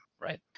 right